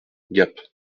gap